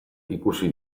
ikusi